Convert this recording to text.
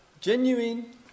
genuine